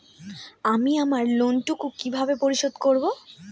আমি আমার লোন টুকু কিভাবে পরিশোধ করব?